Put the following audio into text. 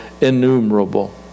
innumerable